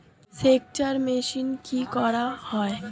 সেকচার মেশিন কি করা হয়?